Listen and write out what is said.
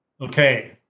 Okay